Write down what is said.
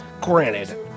Granted